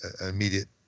immediate